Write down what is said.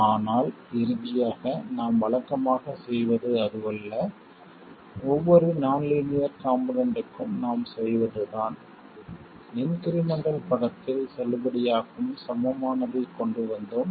ஆனால் இறுதியாக நாம் வழக்கமாகச் செய்வது அதுவல்ல ஒவ்வொரு நான் லீனியர் காம்போனென்ட்க்கும் நாம் செய்ததுதான் இன்க்ரிமெண்டல் படத்தில் செல்லுபடியாகும் சமமானதைக் கொண்டு வந்தோம்